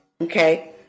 okay